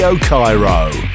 Cairo